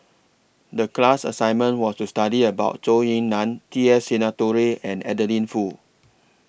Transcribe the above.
The class assignment was to study about Zhou Ying NAN T S Sinnathuray and Adeline Foo